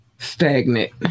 stagnant